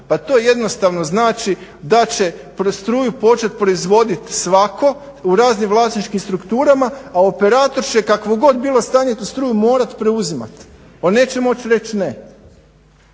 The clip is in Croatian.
Pa to jednostavno znači da će struju početi proizvoditi svatko u raznim vlasničkim strukturama, a operator će kakvo god bilo stanje tu struju morati preuzimati. On neće moći reći ne.